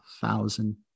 thousand